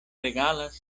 regalas